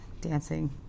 dancing